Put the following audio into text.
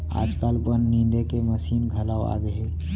आजकाल बन निंदे के मसीन घलौ आगे हे